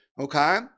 Okay